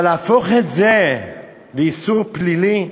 אבל להפוך את זה לאיסור פלילי?